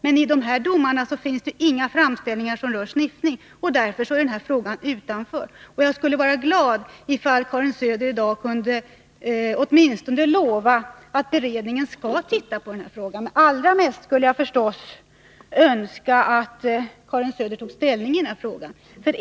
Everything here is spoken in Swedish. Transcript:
Men i dessa domar finns det inga framställningar som rör sniffning, och därför står den frågan utanför. Jag skulle vara glad ifall Karin Söder i dag åtminstone kunde lova att beredningen skall se på frågan, men allra mest skulle jag förstås önska att Karin Söder tog ställning till den.